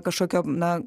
kažkokio na